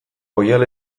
oihal